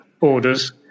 orders